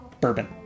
Bourbon